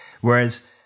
Whereas